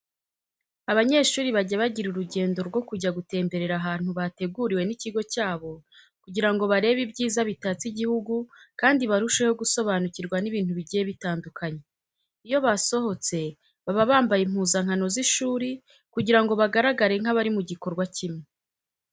Abanyeshuri bajya bagira urugendo rwo kujya gutemberera ahantu bateguriwe n'ikigo cyabo kugira ngo barebe ibyiza bitatse igihugu kandi barusheho gusobanukirwa n'ibintu bigiye bitandukanye. Iyo basohotse baba bambaye impuzankano z'ishuri kugira ngo bagaragare nk'abari mu gikorwa kimwe.